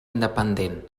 independent